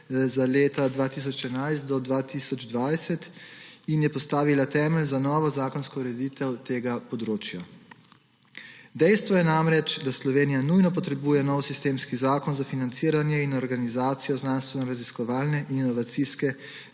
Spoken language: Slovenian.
za leta od 2011 do 2020 in je postavila temelj za novo zakonsko ureditev tega področja. Dejstvo je namreč, da Slovenija nujno potrebuje nov sistemski zakon za financiranje in organizacijo znanstvenoraziskovalne in inovacijske